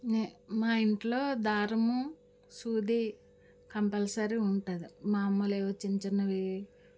నే మా ఇంట్లో దారము సూది కంపల్సరీ ఉంటుంది మామూలు ఏవో చిన్న చిన్నవి